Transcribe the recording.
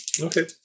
Okay